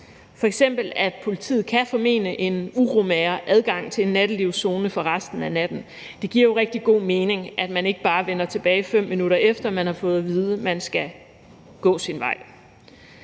at politiet kan formene en uromager adgang til en nattelivszone for resten af natten. Det giver jo rigtig god mening, at man ikke bare vender tilbage, 5 minutter efter man har fået at vide, at man skal gå sin vej.